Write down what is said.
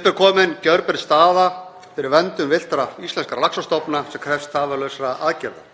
Upp er komin gjörbreytt staða fyrir verndun villtra íslenskra laxastofna sem krefst tafarlausra aðgerða.